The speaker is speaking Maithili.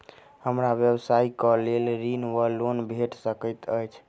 हमरा व्यवसाय कऽ लेल ऋण वा लोन भेट सकैत अछि?